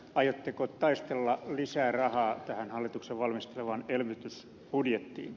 aiotteko taistella lisää rahaa tähän hallituksen valmistelemaan elvytysbudjettiin